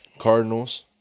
cardinals